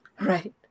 Right